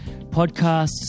podcasts